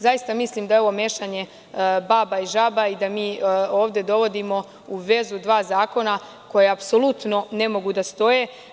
Zaista mislim da je ovo mešanje baba i žaba i da mi ovde dovodimo u vezu dva zakona koja apsolutno ne mogu da stoje.